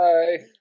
Bye